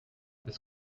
this